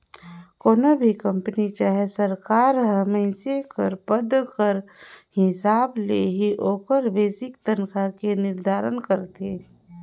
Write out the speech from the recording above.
कोनो भी कंपनी चहे सरकार हर मइनसे कर पद कर हिसाब ले ही ओकर बेसिक तनखा के निरधारन करथे